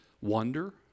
wonder